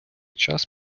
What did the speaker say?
час